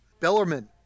Bellerman